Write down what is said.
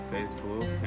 Facebook